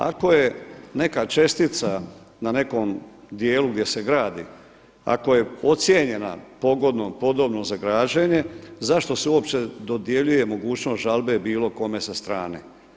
Ako je neka čestica na nekom dijelu gdje se gradi, ako je ocijenjena pogodnom, podobnom za građenje zašto se uopće dodjeljuje mogućnost žalbe bilo kome sa strane?